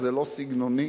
זה לא סגנוני